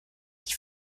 die